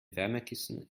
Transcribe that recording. wärmekissen